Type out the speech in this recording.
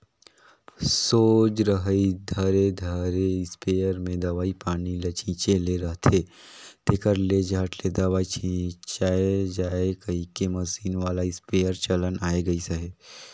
सोझ हरई धरे धरे इस्पेयर मे दवई पानी ल छीचे ले रहथे, तेकर ले झट ले दवई छिचाए जाए कहिके मसीन वाला इस्पेयर चलन आए गइस अहे